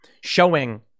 showing